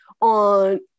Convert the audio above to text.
on